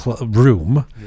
room